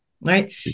right